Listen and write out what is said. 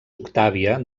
octàvia